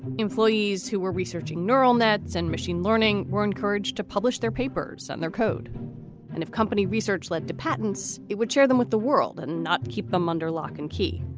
employees who were researching neural nets and machine learning were encouraged to publish their papers and their code of company research led to patents. it would share them with the world and and not keep them under lock and key.